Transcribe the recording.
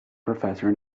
professor